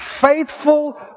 faithful